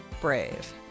brave